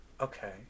Okay